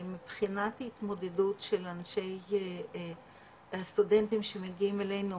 שמבחינת ההתמודדות של הסטודנטים שמגיעים אלינו,